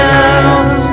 else